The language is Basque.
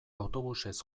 autobusez